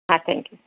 હા thank you